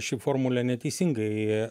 ši formulė neteisingai